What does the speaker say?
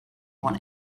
want